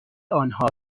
آنها